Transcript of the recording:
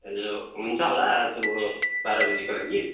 hello हुन्छ होला आज बाह्र बजीको लागि